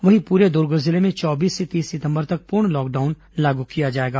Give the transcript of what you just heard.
वहीं पूरे दुर्ग जिले में चौबीस से तीस सितंबर तक पूर्ण लॉकडाउन लागू किया जाएगा